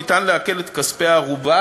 אפשר לעקל את כספי הערובה